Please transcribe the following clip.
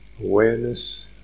awareness